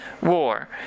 war